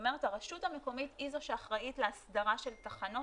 הרשות המקומית היא זו שאחראית להסדרה של תחנות